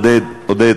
חבר הכנסת כהן,